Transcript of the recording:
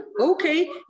okay